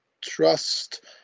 trust